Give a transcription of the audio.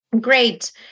Great